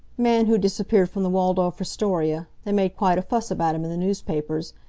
man who disappeared from the waldorf astoria. they made quite a fuss about him in the newspapers.